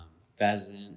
pheasant